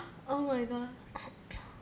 oh my god